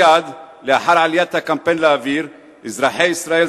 מייד לאחר עליית הקמפיין לאוויר אזרחי ישראל